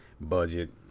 budget